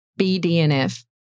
BDNF